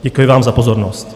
Děkuji vám za pozornost.